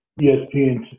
ESPN